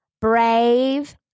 brave –